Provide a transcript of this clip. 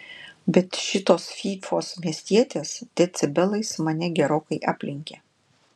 bet šitos fyfos miestietės decibelais mane gerokai aplenkė